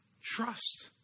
trust